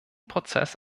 prozess